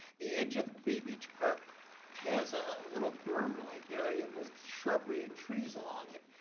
the edge of bay beach park has a little broom like area with shrubbery and trees along it,